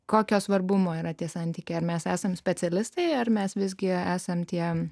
kokio svarbumo yra tie santykiai ar mes esam specialistai ar mes visgi esam tie